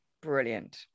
Brilliant